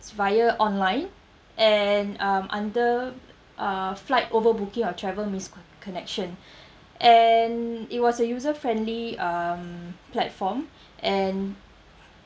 via online and um under uh flight over booking of travel misc~ connection and it was a user friendly um platform and